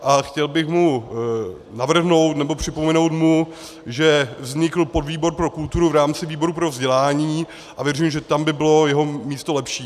A chtěl bych mu navrhnout, nebo připomenout mu, že vznikl podvýbor pro kulturu v rámci výboru pro vzdělání, a věřím, že tam by bylo jeho místo lepší.